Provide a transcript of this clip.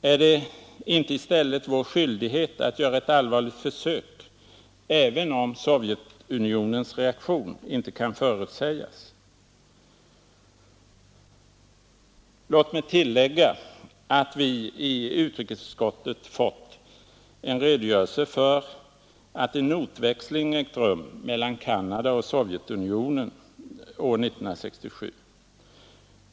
Är det inte i stället vår skyldighet att göra ett allvarligt försök, även om Sovjetunionens reaktion inte kan förutsägas? Låt mig tillägga att vi i utrikesutskottet fått en redogörelse för att en notväxling ägde rum mellan Canada och Sovjetunionen år 1967.